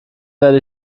werde